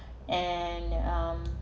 and um